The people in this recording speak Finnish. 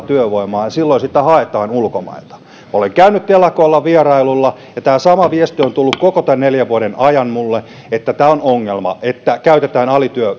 työvoimaa silloin sitä haetaan ulkomailta olen käynyt telakoilla vierailulla ja tämä sama viesti on tullut koko tämän neljän vuoden ajan minulle että tämä on ongelma että käytetään